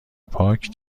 پاک